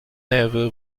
never